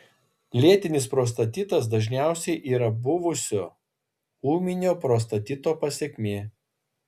lėtinis prostatitas dažniausiai yra buvusio ūminio prostatito pasekmė